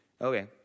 Okay